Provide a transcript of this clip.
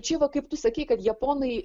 čia va kaip tu sakei kad japonai